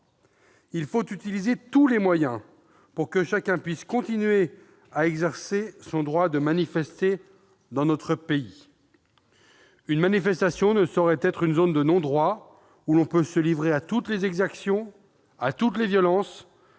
Il faut utiliser tous les moyens pour que chacun puisse continuer à exercer son droit de manifester dans notre pays. Une manifestation ne saurait créer une zone de non-droit dans laquelle on peut se livrer à toutes les exactions, à toutes les violences,